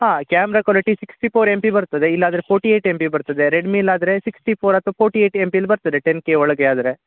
ಹಾಂ camera quality sixty four M P ಬರ್ತದೆ ಇಲ್ಲಾಂದರೆ ಫೋರ್ಟಿ ಏಯ್ಟ್ ಎಮ್ ಪಿ ಬರ್ತದೆ ರೆಡ್ಮೀಲಿ ಆದರೆ ಸಿಕ್ಸ್ಟಿ ಫೋರ್ ಅಥ್ವಾ ಫಾರ್ಟಿ ಏಯ್ಟ್ ಎಮ್ ಪಿಲಿ ಬರ್ತದೆ ಟೆನ್ ಕೆ ಒಳಗೆ ಆದರೆ